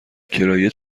کرایه